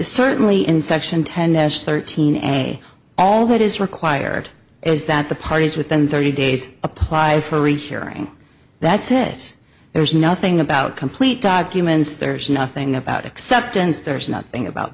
certainly in section ten thirteen a all that is required is that the parties within thirty days apply for a hearing that's heads there's nothing about complete documents there's nothing about acceptance there's nothing about